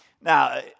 Now